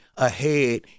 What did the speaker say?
ahead